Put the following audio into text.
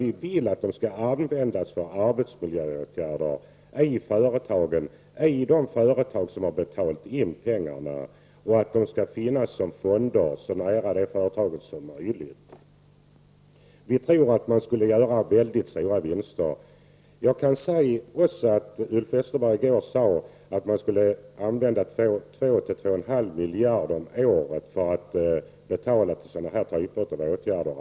Vi vill att pengarna skall användas för arbetsmiljöåtgärder i de företag som har betalat in pengarna och att pengarna skall finnas som fonder så nära företagen som möjligt. Vi tror att man skulle kunna göra mycket stora vinster. Ulf Westerberg sade också i går att man skulle använda 2-2,5 miljarder kronor om året för att betala sådana här åtgärder.